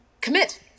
commit